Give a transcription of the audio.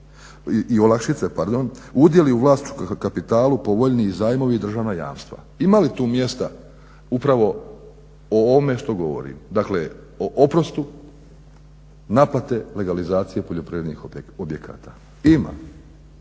i olakšice, udjeli u vlasničkom kapitalu, povoljniji zajmovi, državna jamstva. Ima li tu mjesta upravo o ovome što govorim, dakle o oprostu naplate legalizacije poljoprivrednih objekata? Ima,